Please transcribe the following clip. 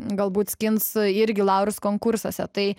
galbūt skins irgi laurus konkursuose tai